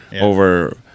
over